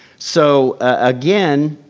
so again,